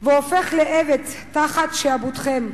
והופך לעבד תחת שעבודכם.